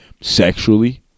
sexually